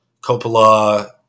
Coppola